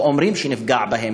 שלא אומרים שפגעו בהם,